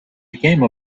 became